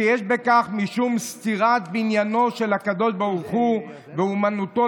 שיש בכך משום סתירת בניינו של הקדוש ברוך הוא ואומנותו.